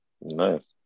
Nice